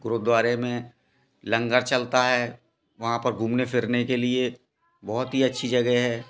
गुरुद्वारे में लंगर चलता है वहाँ पर घूमने फिरने के लिए बहुत ही अच्छी जगह है